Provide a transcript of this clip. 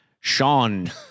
Sean